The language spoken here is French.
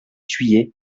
juillet